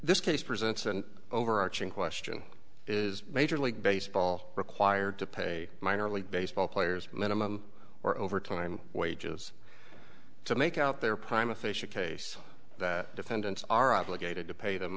this case presents an overarching question is major league baseball required to pay minor league baseball players minimum or overtime wages to make out their prime official case that defendants are obligated to pay them